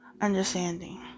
understanding